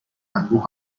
انبوه